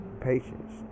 patience